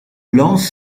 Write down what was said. lance